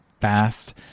fast